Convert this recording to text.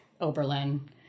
Oberlin